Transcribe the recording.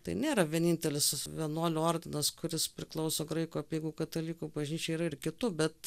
tai nėra vienintelis vienuolių ordinas kuris priklauso graikų apeigų katalikų bažnyčiai yra ir kitų bet